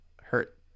hurt